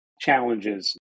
challenges